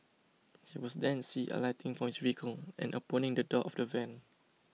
he was then see alighting from his vehicle and opening the door of the van